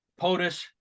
POTUS